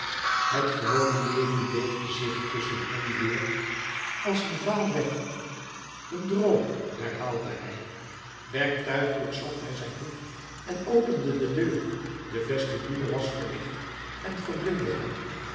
het gewone leven weefde zich tusschen hen weêr als een vaal web een droom herhaalde hij werktuigelijk zocht hij zijn hoed en opende de deur de vestibule was verlicht en verblindde hem